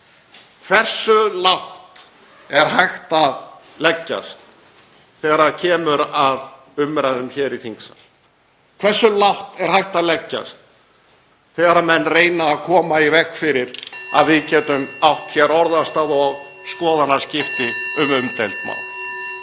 Hversu lágt er hægt að leggjast þegar kemur að umræðum hér í þingsal? Hversu lágt er hægt að leggjast þegar menn reyna að koma í veg fyrir að við getum (Forseti hringir.) átt hér orðastað og skoðanaskipti um umdeild mál?